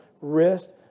wrist